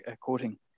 coating